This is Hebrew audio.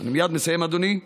אני מייד מסיים, אדוני.